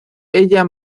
ella